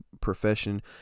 profession